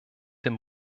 dem